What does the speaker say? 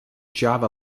java